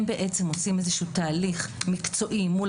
הם עושים איזשהו תהליך מקצועי מול